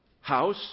house